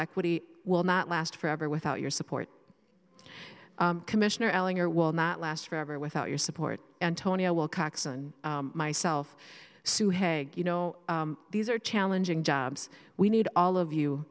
equity will not last forever without your support commissioner ellinger will not last forever without your support antonia wilcox and myself sue hey you know these are challenging jobs we need all of you